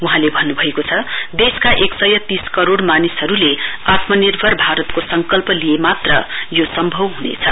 वहाँले भन्नुभएको छ देशका एक सय तीस करोड़ मानिसहरुले आत्मानिर्भर भारतको संकल्प लिए मात्र यो सम्भव हुनेछ